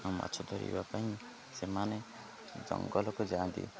ମାଛ ଧରିବା ପାଇଁ ସେମାନେ ଜଙ୍ଗଲକୁ ଯାଆନ୍ତି